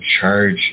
charge